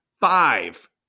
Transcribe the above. Five